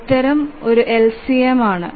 ഉത്തരം LCM ആണ്